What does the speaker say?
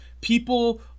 people